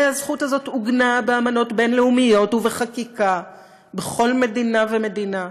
הזכות הזאת עוגנה באמנות בין-לאומיות ובחקיקה בכל מדינה ומדינה,